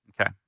Okay